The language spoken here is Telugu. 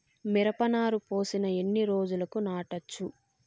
మిరప నారు పోసిన ఎన్ని రోజులకు నాటచ్చు?